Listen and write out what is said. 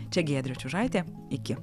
čia giedrė čiužaitė iki